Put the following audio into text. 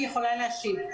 אלקטרוני, היא יכולה להשיב.